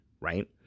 right